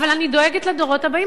אבל אני דואגת לדורות הבאים,